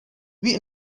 wie